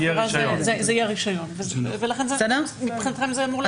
העבירה היא אי-הרישיון ולכן מבחינתכם זה מעולה.